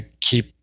keep